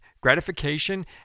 gratification